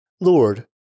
Lord